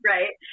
Right